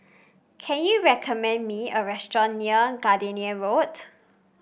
can you recommend me a restaurant near Gardenia Road